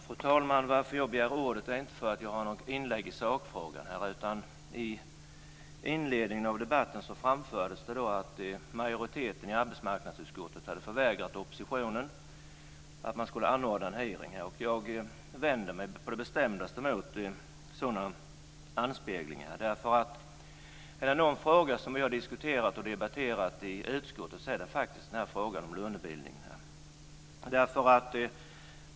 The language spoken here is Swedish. Fru talman! Jag begärde inte ordet för att jag har något inlägg i sakfrågan. I inledningen av debatten framfördes att majoriteten i arbetsmarknadsutskottet hade förvägrat oppositionen anordnandet av en hearing. Jag vänder mig på det bestämdaste emot sådana anspelningar. Är det någon fråga som vi har diskuterat och debatterat i utskottet är det faktiskt frågan om lönebildningen.